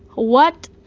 what?